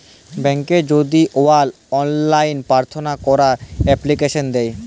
ব্যাংকে যদি লেওয়ার অললাইন পার্থনা ক্যরা এপ্লিকেশন দেয়